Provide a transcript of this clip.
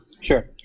sure